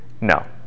no